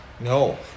No